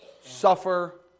suffer